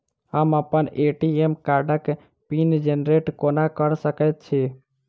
हम अप्पन ए.टी.एम कार्डक पिन जेनरेट कोना कऽ सकैत छी?